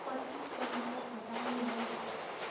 पच्चिस प्रतिशत घटाउनुहोस्